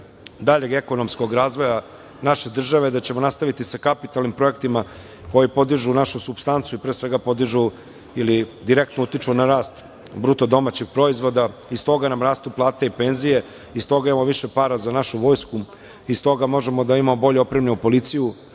daljeg ekonomskog razvoja naše države, da ćemo nastaviti sa kapitalnim projektima koji podižu našu supstancu i pre svega podižu ili direktno utiču na rast BDP. Iz toga nam rastu plate i penzije, iz toga imamo više para za našu vojsku, iz toga možemo da imamo bolje opremljenu policiju,